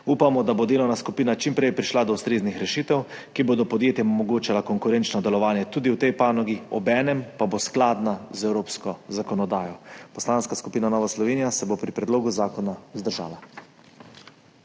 Upamo, da bo delovna skupina čim prej prišla do ustreznih rešitev, ki bodo podjetjem omogočale konkurenčno delovanje tudi v tej panogi, obenem pa bodo skladne z evropsko zakonodajo. Poslanska skupina Nova Slovenija se bo pri predlogu zakona vzdržala.